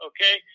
Okay